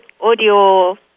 audio